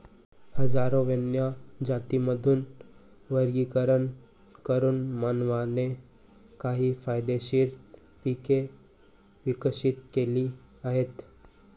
हजारो वन्य जातींमधून वर्गीकरण करून मानवाने काही फायदेशीर पिके विकसित केली आहेत